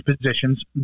positions